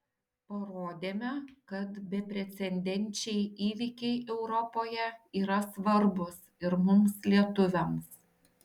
parodėme kad beprecedenčiai įvykiai europoje yra svarbūs ir mums lietuviams